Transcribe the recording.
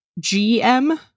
GM